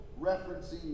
referencing